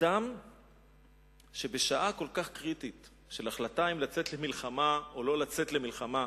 אדם שבשעה כל כך קריטית של החלטה אם לצאת למלחמה או לא לצאת למלחמה,